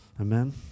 Amen